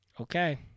Okay